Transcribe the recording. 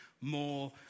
more